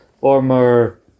former